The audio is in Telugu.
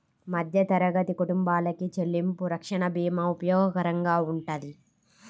మధ్యతరగతి కుటుంబాలకి చెల్లింపు రక్షణ భీమా ఉపయోగకరంగా వుంటది